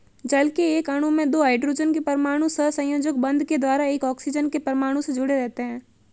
जल के एक अणु में दो हाइड्रोजन के परमाणु सहसंयोजक बंध के द्वारा एक ऑक्सीजन के परमाणु से जुडे़ रहते हैं